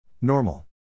Normal